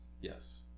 Yes